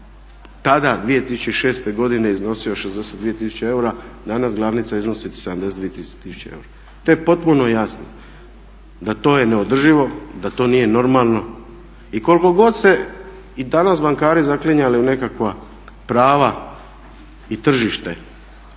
tada 2006. godine iznosio 62 tisuće eura, danas glavnica iznosi 72 tisuće eura. To je potpuno jasno da to je neodrživo, da to nije normalno. I koliko god se i danas bankari zaklinjali u nekakva prava i tržište